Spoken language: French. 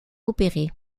opérés